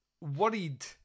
worried